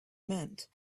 meant